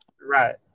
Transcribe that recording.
Right